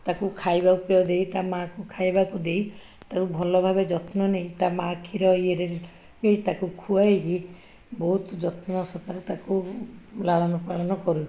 ତାକୁ ଖାଇବାକୁ ପିଇବାକୁ ଦେଇ ତା ମାଁ କୁ ଖାଇବାକୁ ଦେଇ ତାକୁ ଭଲଭାବେ ଯତ୍ନ ନେଇ ତା ମାଁ କ୍ଷୀର ଇଏରେ ବି ତାକୁ ଖୁଆଇବି ବହୁତ ଯତ୍ନ ସହକାରେ ତାକୁ ଲାଳନପାଳନ କରୁ